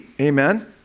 amen